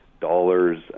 dollars